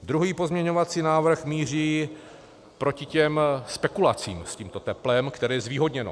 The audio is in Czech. Druhý pozměňovací návrh míří proti těm spekulacím s tímto teplem, které je zvýhodněno.